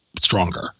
stronger